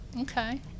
okay